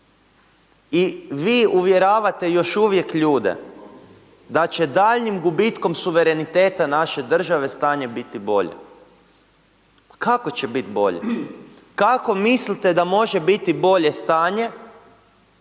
i vi uvjeravate još uvijek ljude da će daljnjim gubitkom suvereniteta naše države stanje biti bolje. Kako će bit bolje, kako mislite da može biti bolje stanje,